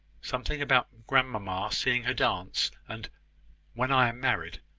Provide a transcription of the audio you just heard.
something about grandmamma seeing her dance, and when i am married,